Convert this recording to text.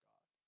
God